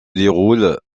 déroule